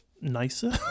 nicer